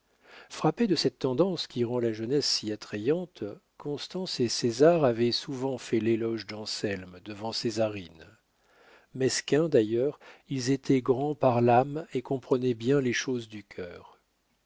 frappés de cette tendance qui rend la jeunesse si attrayante constance et césar avaient souvent fait l'éloge d'anselme devant césarine mesquins d'ailleurs ils étaient grands par l'âme et comprenaient bien les choses du cœur